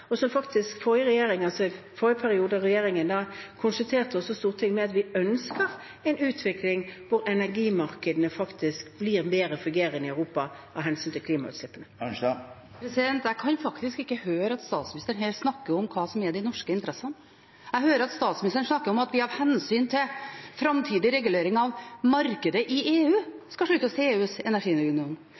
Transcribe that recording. som Norge har vært opptatt av, og regjeringen konsulterte også i forrige periode Stortinget når det gjaldt ønsket om en utvikling hvor energimarkedene faktisk blir bedre fungerende i Europa av hensyn til klimautslippene. Jeg kan faktisk ikke høre at statsministeren her snakker om hva som er de norske interessene. Jeg hører statsministeren snakke om at vi av hensyn til framtidig regulering av markedet i EU skal slutte oss til EUs energiunion.